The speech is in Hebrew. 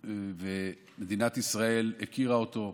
מדינת ישראל הכירה אותו,